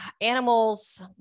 animals